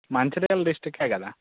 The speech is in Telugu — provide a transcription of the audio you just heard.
మంచిర్యాల డిస్ట్రిక్కే కదా